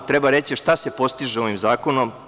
Treba reći šta se postiže ovim zakonom.